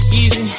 easy